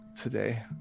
today